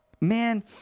Man